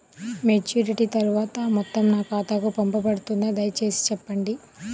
Maturity తర్వాత ఆ మొత్తం నా ఖాతాకు పంపబడుతుందా? దయచేసి చెప్పండి?